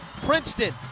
Princeton